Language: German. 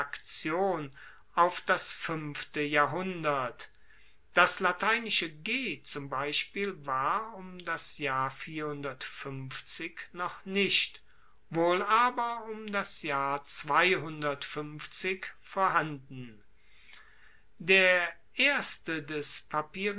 auf das fuenfte jahrhundert das lateinische g zum beispiel war um das jahr noch nicht wohl aber um das jahr vorhanden der erste des